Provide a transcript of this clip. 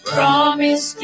Promise